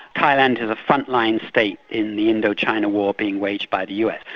thailand is a frontline state in the indo-china war being waged by the us,